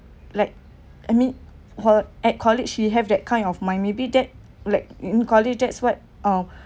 like I mean her at college she have that kind of mind maybe that like in college that's what uh